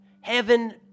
heaven